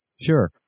Sure